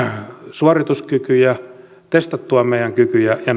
suorituskykyjä testattua meidän kykyjämme ja